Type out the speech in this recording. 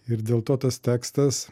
ir dėl to tas tekstas